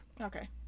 Okay